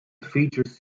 features